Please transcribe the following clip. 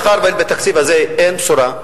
מאחר שבתקציב הזה אין בשורה,